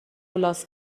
لاس